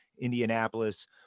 Indianapolis